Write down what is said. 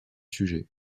sujet